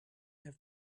have